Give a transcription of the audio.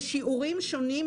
בשיעורים שונים,